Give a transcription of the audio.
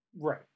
right